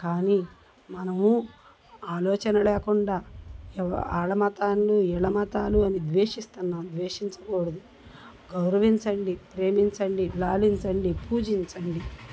కానీ మనము ఆలోచన లేకుండా ఎవ వాళ్ళ మతాన్ని వీళ్ళ మతాలు అని ద్వేషిస్తున్నాం ద్వేషించకూడదు గౌరవించండి ప్రేమించండి లాలించండి పూజించండి